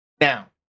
Now